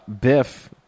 biff